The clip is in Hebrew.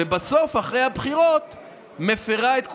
ובסוף אחרי הבחירות מפירה את כולן.